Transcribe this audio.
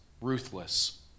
ruthless